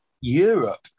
Europe